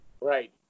Right